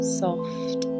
soft